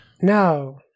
No